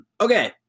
Okay